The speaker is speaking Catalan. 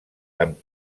amb